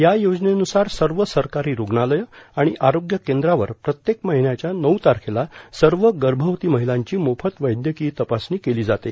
या योजनेनुसार सर्व सरकारी रूग्णालय आणि आरोग्य केंद्रावर प्रत्येक महिन्याच्या नऊ तारखेला सर्व गर्भवती महिलांची मोफत वैद्यकीय तपासणी केली जाईल